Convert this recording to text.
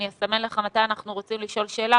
אני אסמן לך מתי אנחנו רוצים לשאול שאלה.